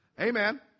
Amen